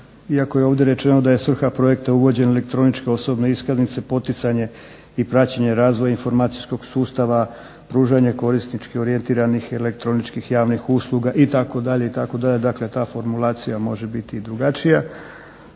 iako je ovdje rečeno da je svrha projekta uvođenje elektroničke osobne iskaznice, poticanje i praćenje razvoja informatičkog sustava, pružanje korisnički orijentiranih i elektroničkih javnih usluga itd., itd. Dakle ta formulacija može biti i drugačija,